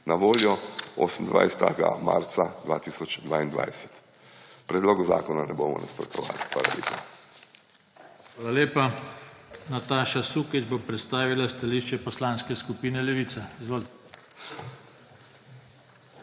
na voljo 28. marca 2022. Predlogu zakona ne bomo nasprotovali.